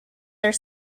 their